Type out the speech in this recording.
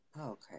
Okay